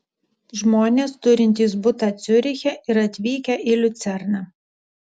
žmonės turintys butą ciuriche ir atvykę į liucerną